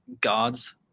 gods